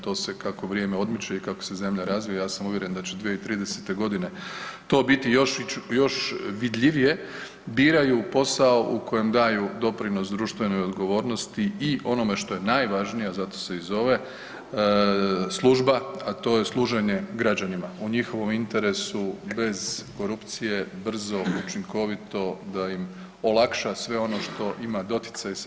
To se kako vrijeme odmiče i kako se zemlja razvija ja sam uvjeren da će 2030.g. to biti još, još vidljivije, biraju posao u kojem daju doprinos društvenoj odgovornosti i onome što je najvažnije, a zato se i zove služba, a to je služenje građanima u njihovom interesu bez korupcije, brzo, učinkovito da im olakša sve ono što ima doticaj sa